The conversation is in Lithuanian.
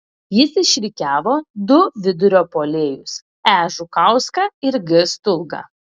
jis išrikiavo du vidurio puolėjus e žukauską ir g stulgą